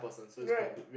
right